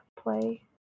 play